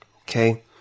Okay